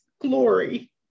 glory